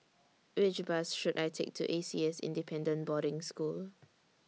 Which Bus should I Take to A C S Independent Boarding School